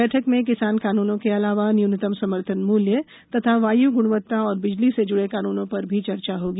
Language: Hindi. बैठक में किसान कानूनों के आलावा न्यूनतम समर्थन मूल्य तथा वाय् ग्णवत्ता और बिजली से ज्डे कानूनों पर भी चर्चा होगी